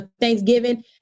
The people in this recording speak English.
Thanksgiving